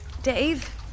Dave